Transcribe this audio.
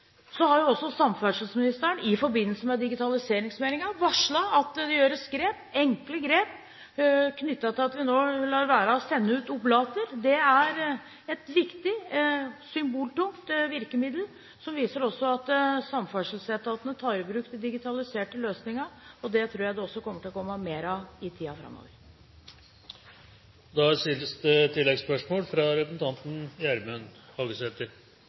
Så har også samferdselsministeren i forbindelse med digitaliseringsmeldingen varslet at det tas enkle grep knyttet til at vi nå lar være å sende ut oblater. Det er et viktig, symboltungt virkemiddel, som også viser at samferdselsetaten tar i bruk de digitaliserte løsningene. Det tror jeg også det kommer til å komme mer av i tiden framover.